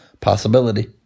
Possibility